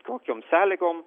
tokiom sąlygom